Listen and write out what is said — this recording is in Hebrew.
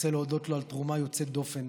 רוצה להודות לו על תרומה יוצאת דופן